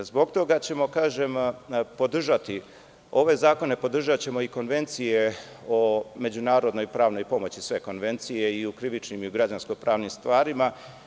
Zbog toga ćemo podržati ove zakone, a podržaćemo i konvencije o međunarodnoj pravnoj pomoći, sve konvencije i o krivičnim i o građansko-pravnim stvarima.